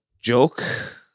joke